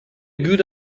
good